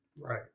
right